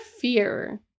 fear